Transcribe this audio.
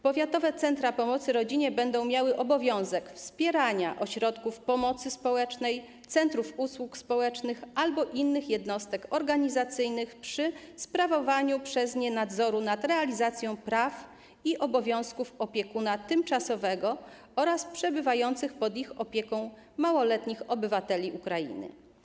Powiatowe centra pomocy rodzinie będą miały obowiązek wspierania ośrodków pomocy społecznej, centrów usług społecznych albo innych jednostek organizacyjnych przy sprawowaniu przez nie nadzoru nad realizacją praw i obowiązków opiekunów tymczasowych oraz przebywających pod ich opieką małoletnich obywateli Ukrainy.